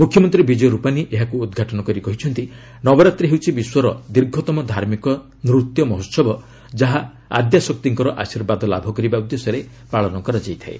ମୁଖ୍ୟମନ୍ତ୍ରୀ ବିଜୟ ରୁପାନୀ ଏହାକୁ ଉଦ୍ଘାଟନ କରି କହିଛନ୍ତି ନବରାତ୍ରୀ ହେଉଛି ବିଶ୍ୱର ଦୀର୍ଘତମ ଧାର୍ମିକ ନୂତ୍ୟ ମହୋହବ ଯାହା ଆଦ୍ୟାଶକ୍ତିଙ୍କର ଆଶୀର୍ବାଦ ଲାଭ କରିବା ଉଦ୍ଦେଶ୍ୟରେ ପାଳନ କରାଯାଇଥାଏ